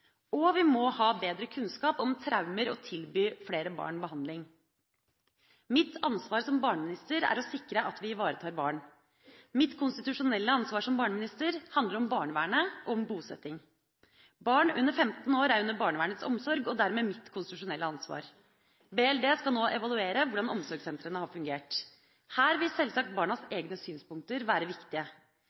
Og vi må ha bedre kunnskap om traumer og tilby flere barn behandling. Mitt ansvar som barneminister er å sikre at vi ivaretar barn. Mitt konstitusjonelle ansvar som barneminister handler om barnevernet og om bosetting. Barn under 15 år er under barnevernets omsorg, og dermed mitt konstitusjonelle ansvar. BLD skal nå evaluere hvordan omsorgssentrene har fungert. Her vil sjølsagt barnas egne synspunkter være viktige.